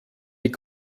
die